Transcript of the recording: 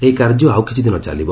ଏହି କାର୍ଯ୍ୟ ଆଉ କିଛିଦିନ ଚାଲିବ